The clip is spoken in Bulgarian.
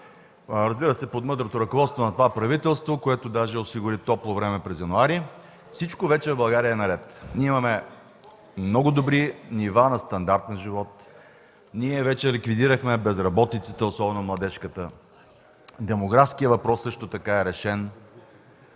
разбира се, под мъдрото ръководство на това правителство, което осигури топло време през януари, всичко в България е наред. Имаме много добри нива на стандарт на живот, ликвидирахме безработицата, особено младежката, демографският въпрос също така е решен,